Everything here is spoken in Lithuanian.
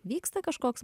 vyksta kažkoks